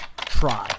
try